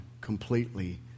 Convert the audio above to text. completely